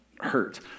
hurt